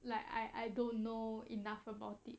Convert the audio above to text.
like I I don't know enough about it